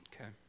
Okay